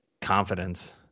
confidence